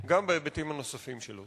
גם בהיבטים הנוספים שלו.